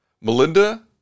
Melinda